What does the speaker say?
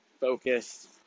focus